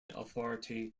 authority